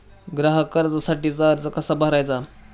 ग्राहक कर्जासाठीचा अर्ज कसा भरायचा?